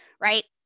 right